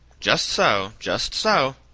just so just so.